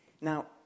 Now